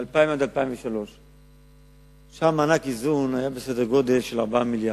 2000 2003. אז מענק איזון היה בסדר גודל של 4 מיליארדים,